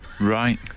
Right